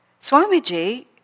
Swamiji